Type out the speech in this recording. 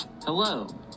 Hello